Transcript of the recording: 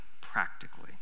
practically